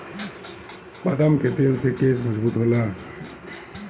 बदाम के तेल से केस मजबूत होला